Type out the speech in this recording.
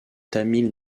tamil